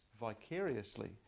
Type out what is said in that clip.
vicariously